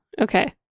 okay